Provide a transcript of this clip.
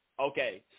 Okay